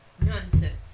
nonsense